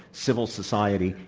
civil society,